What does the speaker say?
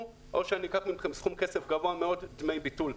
או שאקח מכם סכום כסף גבוה מאוד דמי ביטול,